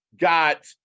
got